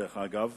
דרך אגב,